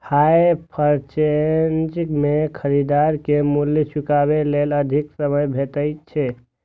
hire purchase मे खरीदार कें मूल्य चुकाबै लेल अधिक समय भेटै छै